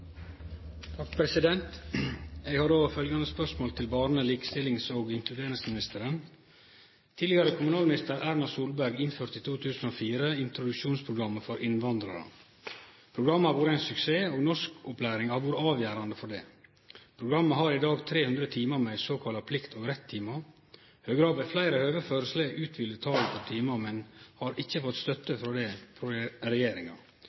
inkluderingsministeren: «Tidlegare kommunalminister Erna Solberg innførte i 2004 introduksjonsprogrammet for innvandrarar. Programmet har vore ein suksess, og norskopplæringa har vore avgjerande for det. Programmet har i dag 300 timar med såkalla plikt-og-rett-timar. Høgre har ved fleire høve føreslege å utvide talet med timar, men har ikkje fått støtte for det frå regjeringa.